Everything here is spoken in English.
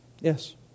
Yes